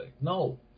No